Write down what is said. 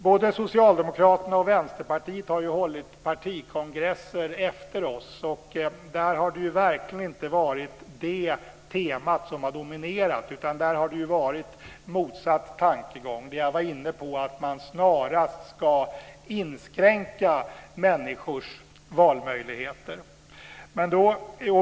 Både Socialdemokraterna och Vänsterpartiet har hållit partikongresser efter oss, och där har det ju verkligen inte varit det temat som har dominerat, utan där har det ju varit motsatt tankegång - jag var inne på att man snarast vill inskränka människors valmöjligheter.